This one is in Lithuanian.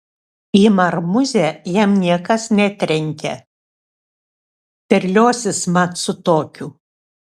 į marmuzę jam niekas netrenkia terliosis mat su tokiu